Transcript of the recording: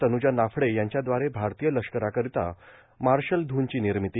तन्नुजा नाफडे यांच्याद्वारे भारतीय लष्कराकरिता मार्शल धूनची निर्मिती